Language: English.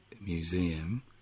museum